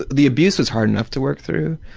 the abuse was hard enough to work through,